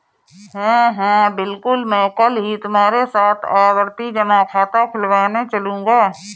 हां हां बिल्कुल मैं कल ही तुम्हारे साथ आवर्ती जमा खाता खुलवाने चलूंगा